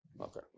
Okay